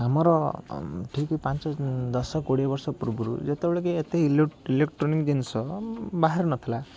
ଆମର ଅଁ ଠିକ୍ ପାଞ୍ଚ ଦଶ କୋଡ଼ିଏ ବର୍ଷ ପୂର୍ବରୁ ଯେତେବେଳେ କି ଏତେ ଇଲ ଇଲେକ୍ଟ୍ରୋନିକ୍ ଜିନିଷ ବାହାରି ନଥିଲା